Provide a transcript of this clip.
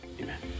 Amen